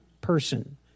person